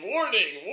Warning